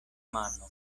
mano